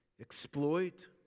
exploit